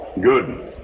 Good